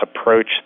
approach